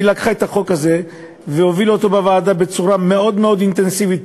היא לקחה את החוק הזה והובילה אותו בוועדה בצורה מאוד מאוד אינטנסיבית,